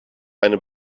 eine